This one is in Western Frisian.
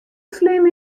slim